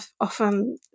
often